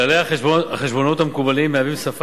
כללי החשבונות המקובלים מהווים שפה